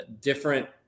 different